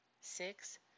Six